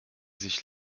sich